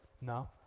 No